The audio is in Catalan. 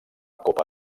copa